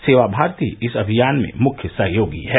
सेवा भारती इस अभियान में मुख्य सहयोगी है